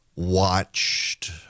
watched